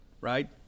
right